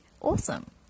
awesome